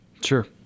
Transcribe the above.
Sure